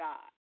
God